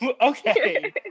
Okay